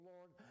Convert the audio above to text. Lord